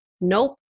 Nope